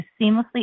seamlessly